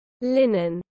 linen